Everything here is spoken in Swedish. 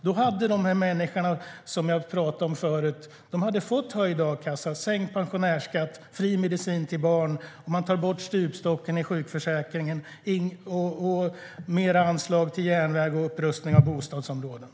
Då hade dessa människor som jag talade om förut fått höjd a-kassa, sänkt pensionärsskatt och fri medicin till barn. Man hade också tagit bort stupstocken i sjukförsäkringen och gett större anslag till järnvägen och till upprustning av bostadsområden.